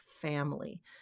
family